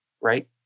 right